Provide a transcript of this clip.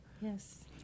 Yes